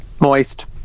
Moist